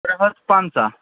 ترٛے ہتھ پنٛژہ